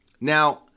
Now